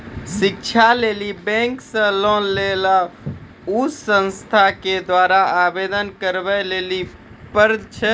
शिक्षा लेली बैंक से लोन लेली उ संस्थान के द्वारा आवेदन करबाबै लेली पर छै?